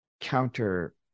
counter